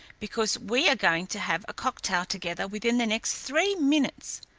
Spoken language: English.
because we are going to have a cocktail together within the next three minutes.